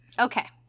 Okay